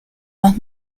más